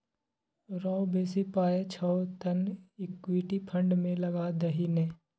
रौ बेसी पाय छौ तँ इक्विटी फंड मे लगा दही ने